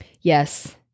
Yes